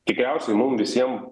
tikriausiai mum visiem